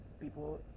People